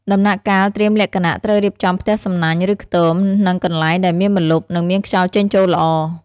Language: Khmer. ដំណាក់កាលត្រៀមលក្ខណៈត្រូវរៀបចំផ្ទះសំណាញ់ ឬខ្ទម និងកន្លែងដែលមានម្លប់ និងមានខ្យល់ចេញចូលល្អ។